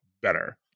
better